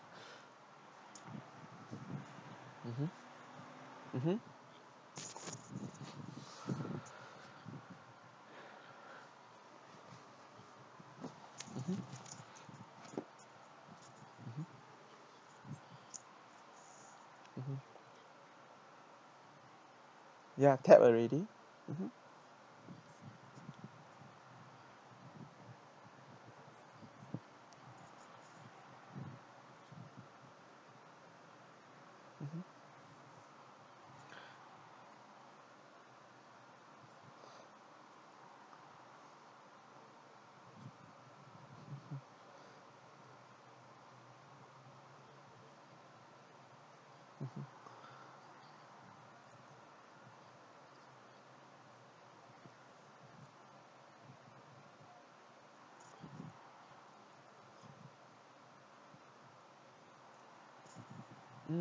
mmhmm mmhmm mmhmm mmhmm mmhmm ya tell already mmhmm mmhmm